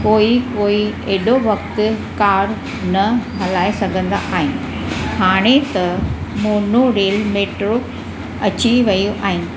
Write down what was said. कोई कोई एॾो वक़्तु कार न हलाए सघंदा आहिनि हाणे त मोनो रेल मेट्रो अची वयूं आहिनि